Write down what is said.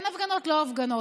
כן הפגנות, לא הפגנות.